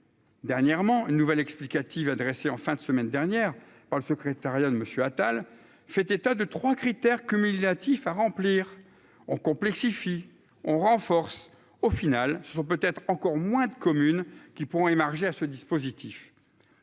dernièrement une nouvelle explicative adressée en fin de semaine dernière par le secrétariat de monsieur Attal fait état de trois critères cumulatifs à remplir, on complexifie on renforce, au final, ce sont peut-être encore moins de communes qui pourront émarger à ce dispositif,